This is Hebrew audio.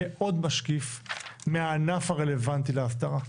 יהיה עוד משקיף מהענף הרלוונטי להסדרה.